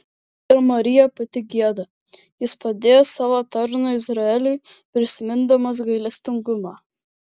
ir marija pati gieda jis padėjo savo tarnui izraeliui prisimindamas gailestingumą